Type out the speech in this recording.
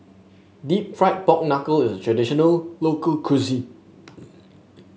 deep fried Pork Knuckle is a traditional local cuisine